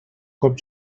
cop